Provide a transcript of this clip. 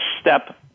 step